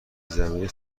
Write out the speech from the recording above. زمینی